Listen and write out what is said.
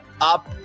up